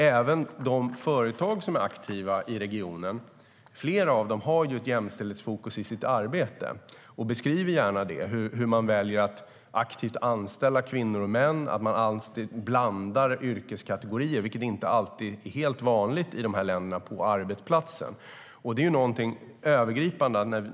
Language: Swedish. Flera av de företag som är aktiva i regionen har ett jämställdhetsfokus i sitt arbete och beskriver gärna hur de aktivt väljer att anställa både kvinnor och män samt blandar yrkeskategorier, vilket inte är helt vanligt på arbetsplatser i dessa länder.